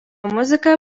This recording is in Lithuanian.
muziką